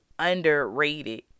underrated